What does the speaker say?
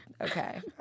Okay